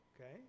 okay